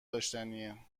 داشتنیه